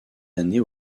années